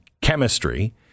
chemistry